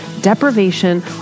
deprivation